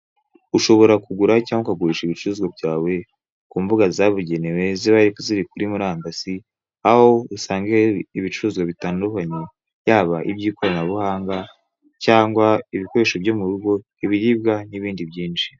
Ushobora kugura cyangwa ukagurisha ibicuruzwa byawe ku mbuga z'abugenewe ziba ziri kuri murandasi, aho usangaho ibicuruzwa bitandukanye, yaba iby'ikoranabuhanga cyangwa ibikoresho byo mu rugo, ibiribwa n'ibindi byinshi.